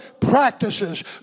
practices